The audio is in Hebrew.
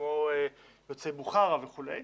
כמו יוצאי בוכרה וכולי.